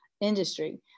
industry